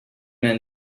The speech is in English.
man